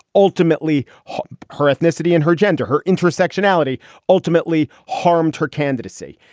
ultimately her ethnicity and her gender, her intersectionality ultimately harmed her candidacy.